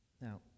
Now